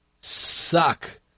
suck